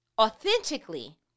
authentically